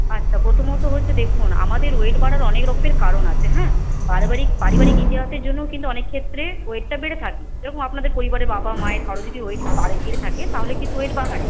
আচ্ছা প্রথমত হচ্ছে দেখুন আমাদের ওয়েট বাড়ার অনেক রকমের কারণ আছে হ্যাঁ পারিবারিক পারিবারিক ইতিহাসের জন্যও কিন্তু অনেকক্ষেত্রে ওয়েটটা বেড়ে থাকে আপনাদের পরিবারে বাবা মায়ের কারো যদি ওয়েট বেড়ে থাকে তাহলে কিন্তু ওয়েট বাড়ে